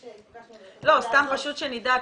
סתם פשוט שנדע.